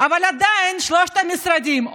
אבל עדיין שלושת המשרדים,